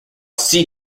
see